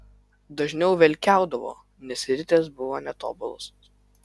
dažniau velkiaudavo nes ritės buvo netobulos